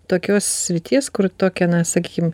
tokios srities kur tokia na sakykim